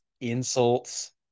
insults